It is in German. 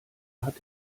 hat